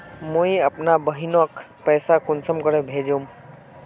मुई अपना बहिनोक पैसा कुंसम के भेजुम?